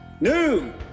new